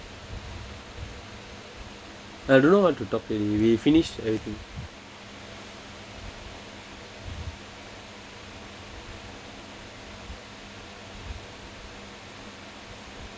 I don't know what to talk already we finished everything